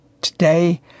today